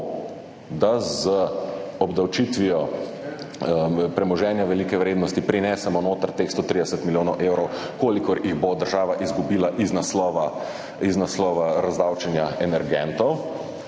da z obdavčitvijo premoženja velike vrednosti prinesemo noter teh 130 milijonov evrov, kolikor jih bo država izgubila iz naslova razdavčenja energentov,